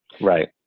right